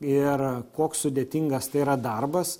ir koks sudėtingas tai yra darbas